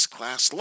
Class